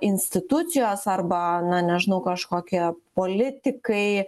institucijos arba na nežinau kažkokie politikai